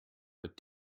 but